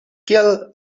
kiel